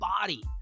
body